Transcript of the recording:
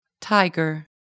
Tiger